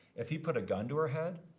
if he put a gun to her head,